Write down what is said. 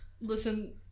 listen